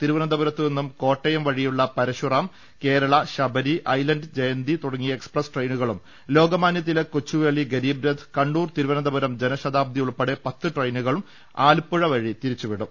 തിരുവനന്തപുരത്തുനിന്നും കോട്ടയം വഴിയുളള പരശുറാം കേരള ശബരി ഐലന്റ് ജയന്തി തുടങ്ങിയ എക്സ്പ്രസ് ട്രെയി നുകളും ലോകമാന്യതിലക് കൊച്ചുവേളി ഗരീബ് രഥ് കണ്ണൂർ തിരുവനന്തപുരം ജനശതാബ്ദി ഉൾപ്പെടെ പത്ത് ട്രെയിനുകൾ ആലപ്പുഴ വഴി തിരിച്ചുവിടും